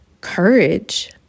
courage